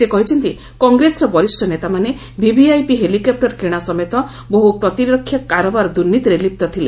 ସେ କହିଛନ୍ତି କଂଗ୍ରେସର ବରିଷ୍ଣ ନେତାମାନେ ଭିଭିଆଇପି ହେଲକେପ୍ଟର କିଣା ସମେତ ବହୁ ପ୍ରତିରକ୍ଷାର କାରବାର ଦ୍ଦୁନୀତିରେ ଲିପ୍ତ ଥିଲେ